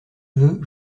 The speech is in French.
veux